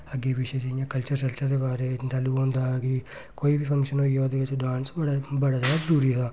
अग्गें पिच्छें जियां कल्चर श्ल्चर दे बारे च जैल्लु होंदा कि कोई बी फंक्शन होई गेआ ओह्दे बिच्च डांस बड़ा ज्यादा जरूरी हा